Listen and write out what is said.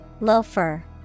Loafer